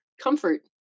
comfort